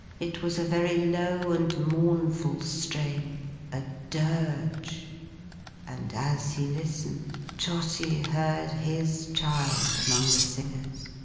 it was a very low and mournful strain a dirge and as he listened, trotty heard his child among the singers.